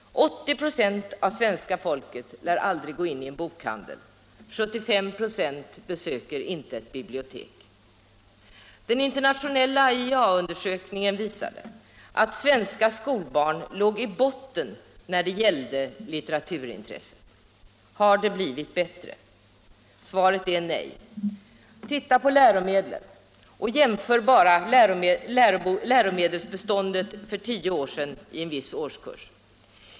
80 26 av svenska folket lär aldrig gå in i en bokhandel, 75 ?6 besöker inte ett bibliotek. Den internationella IEA-undersökningen visade att svenska skolbarn låg i botten när det gällde litteraturintresse. Har det blivit bättre? Svaret är nej. Titta på läromedlen och jämför med läromedelsbeståndet för tio år sedan i en viss årskurs.